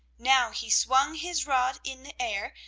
now he swung his rod in the air,